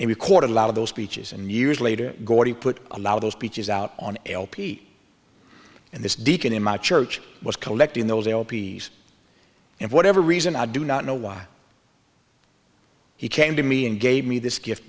and record a lot of those speeches and years later gordie put allow those speeches out on lp and this deacon in my church was collecting those l p s and whatever reason i do not know why he came to me and gave me this gift